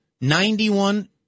Ninety-one